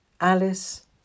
Alice